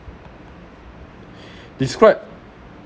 describe